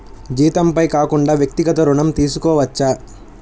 జీతంపై కాకుండా వ్యక్తిగత ఋణం తీసుకోవచ్చా?